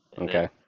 Okay